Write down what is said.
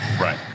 Right